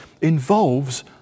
involves